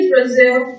Brazil